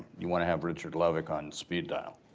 you want to have richard levick on speed dial.